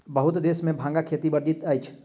बहुत देश में भांगक खेती वर्जित अछि